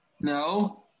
No